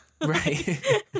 Right